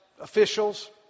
officials